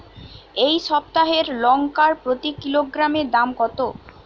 এই সপ্তাহের লঙ্কার প্রতি কিলোগ্রামে দাম কত?